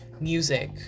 music